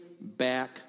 back